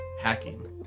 hacking